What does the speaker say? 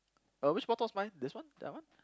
but which photo's mine this one that one